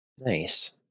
Nice